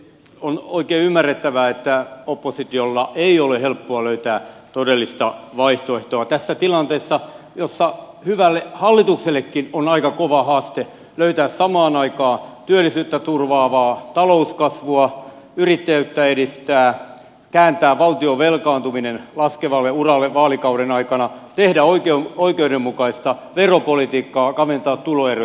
on oikein ymmärrettävää että opposition ei ole helppoa löytää todellista vaihtoehtoa tässä tilanteessa jossa hyvälle hallituksellekin on aika kova haaste samaan aikaan löytää työllisyyttä turvaavaa talouskasvua edistää yrittäjyyttä kääntää valtion velkaantuminen laskevalle uralle vaalikauden aikana tehdä oikeudenmukaista veropolitiikkaa ja kaventaa tuloeroja